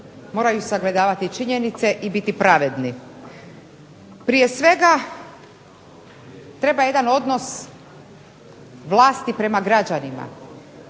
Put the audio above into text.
moraju sagledavati činjenice i biti pravedni. Prije svega treba jedan odnos vlasti prema građanima.